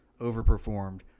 overperformed